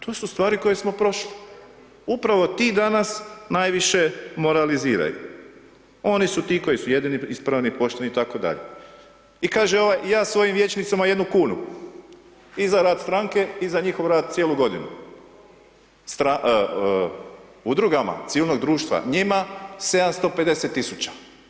To su stvari koje smo prošli, upravo ti danas najviše moraliziraju, oni su ti koji su jedini ispravni, pošteni i tako dalje, i kaže ovaj, ja svojim vijećnicima jednu kunu, i za rad stranke, i za njihov rad cijelu godinu, udrugama civilnog društva, njima 750000.